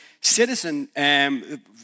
citizen